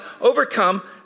overcome